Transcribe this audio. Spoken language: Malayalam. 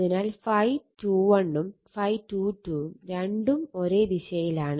അതിനാൽ ∅21 ഉം ∅22ഉം രണ്ടും ഒരേ ദിശയിലാണ്